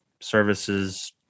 services